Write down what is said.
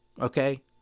Okay